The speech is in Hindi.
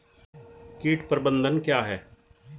कीट प्रबंधन क्या है?